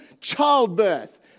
childbirth